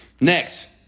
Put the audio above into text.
Next